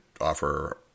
offer